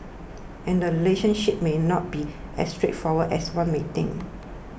and relationships may not be as straightforward as one might think